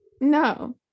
No